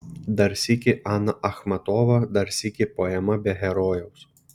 dar sykį ana achmatova dar sykį poema be herojaus